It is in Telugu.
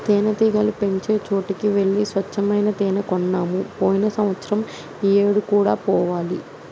తేనెటీగలు పెంచే చోటికి వెళ్లి స్వచ్చమైన తేనే కొన్నాము పోయిన సంవత్సరం ఈ ఏడు కూడా పోవాలి